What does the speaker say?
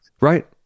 Right